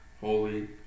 Holy